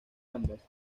ambas